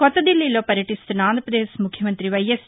కాత్త దిల్లీలో పర్యటిస్తున్న ఆంధ్రపదేశ్ ముఖ్యమంతి వైఎస్